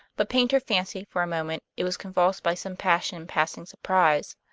but paynter fancied for a moment it was convulsed by some passion passing surprise.